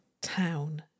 Town